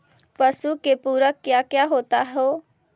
पशु के पुरक क्या क्या होता हो?